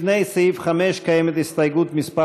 לפני סעיף 5 יש הסתייגות, מס'